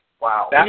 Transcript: Wow